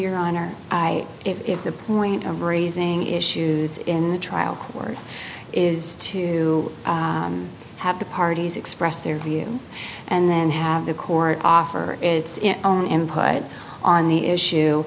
your honor i if the point of raising issues in the trial court is to have the parties express their view and then have the court offer its own input on the issue